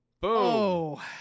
boom